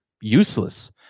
useless